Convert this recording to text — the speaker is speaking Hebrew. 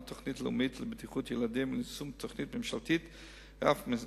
תוכנית לאומית לבטיחות ילדים וליישום תוכנית ממשלתית רב-משרדית.